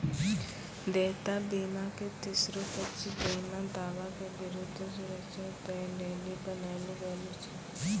देयता बीमा के तेसरो पक्ष बीमा दावा के विरुद्ध सुरक्षा दै लेली बनैलो गेलौ छै